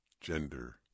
gender